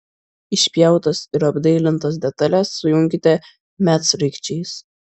išpjautas ir apdailintas detales sujunkite medsraigčiais